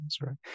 right